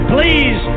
Please